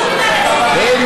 הן